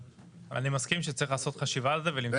אני מסכים שצריך לעשות חשיבה על זה ולמצוא פתרון.